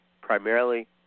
primarily